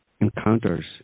encounters